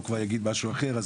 הוא כבר יגיד משהו אחר.